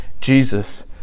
Jesus